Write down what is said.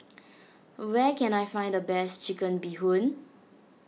where can I find the best Chicken Bee Hoon